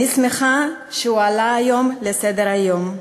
אני שמחה שהוא עלה היום לסדר-היום.